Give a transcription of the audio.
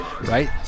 right